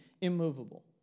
immovable